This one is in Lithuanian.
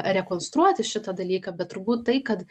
rekonstruoti šitą dalyką bet turbūt tai kad